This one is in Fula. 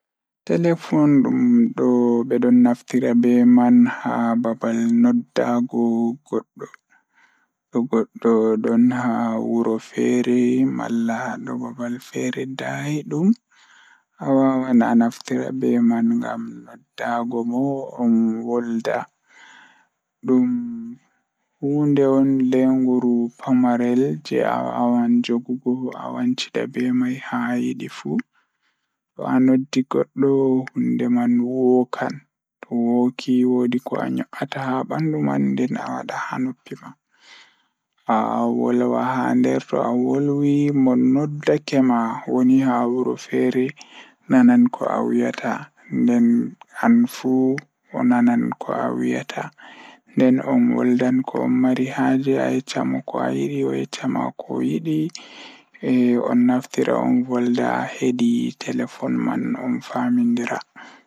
Telefoon ko nafaade e njiytaade haala e ngelɗi baafal ngal. Nde eɓe daɓɓi ngal, fota e nder laawol, ndiyam ngol nafaade hay faama haala, e yekkude e dow laawol ɗiɗi. Ko honɗude ngal, siwtude